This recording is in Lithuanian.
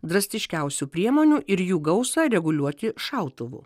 drastiškiausių priemonių ir jų gausą reguliuoti šautuvu